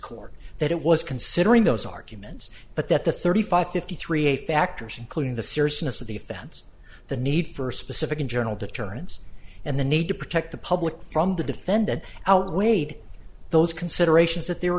court that it was considering those arguments but that the thirty five fifty three a factors including the seriousness of the offense the need for specific and general deterrence and the need to protect the public from the defendant outweighed those considerations that they were